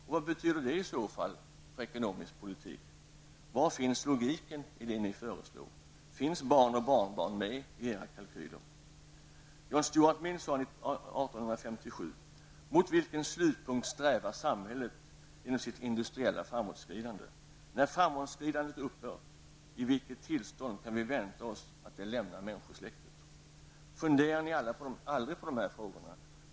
Och vad betyder det i så fall för ekonomisk politik? Var finns logiken i det ni föreslår? Finns barn och barnbarn med i era kalkyler? John Stuart Mill sade 1857: ''Mot vilken slutpunkt strävar samhället genom sitt industriella framåtskridande? När framåtskridandet upphör, i vilket tillstånd kan vi vänta oss att det lämnar människosläktet?'' Funderar ni aldrig på dessa frågor?